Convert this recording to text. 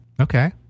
Okay